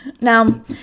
Now